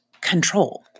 control